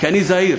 כי אני זהיר,